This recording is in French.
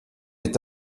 est